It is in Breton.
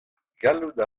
gallout